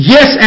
Yes